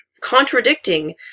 contradicting